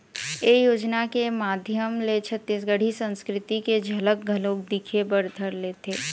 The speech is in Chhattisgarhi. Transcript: ए योजना के माधियम ले छत्तीसगढ़ी संस्कृति के झलक घलोक दिखे बर धर लेथे